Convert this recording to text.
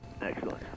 Excellent